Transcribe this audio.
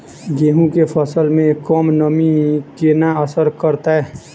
गेंहूँ केँ फसल मे कम नमी केना असर करतै?